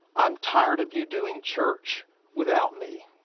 i'm tired of you doing church without me.